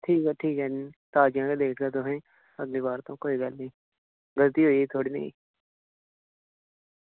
ठीक ऐ ठीक ऐ ताज़ा गै लेई देगा अगली बार कोला गलती होई इक्क बारी